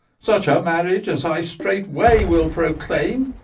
such a marriage as i straightway will proclaim.